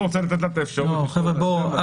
רוצה לתת לממשלה את האפשרות לקבוע פטור.